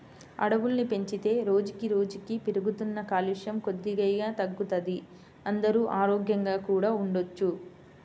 అడవుల్ని పెంచితే రోజుకి రోజుకీ పెరుగుతున్న కాలుష్యం కొద్దిగైనా తగ్గుతది, అందరూ ఆరోగ్యంగా కూడా ఉండొచ్చు